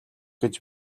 гэж